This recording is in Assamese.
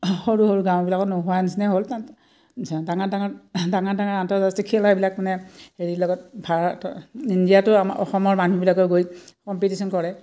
সৰু সৰু গাঁওবিলাকত নোহোৱা নিচিনাই হ'ল ত ডাঙৰ ডাঙৰ ডাঙৰ ডাঙৰ আন্তঃজাতিক খেল এইবিলাক মানে হেৰি লগত ভাৰত ইণ্ডিয়াটো আমাৰ অসমৰ মানুহবিলাকে গৈ কম্পিটিশ্যন কৰে